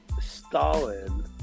Stalin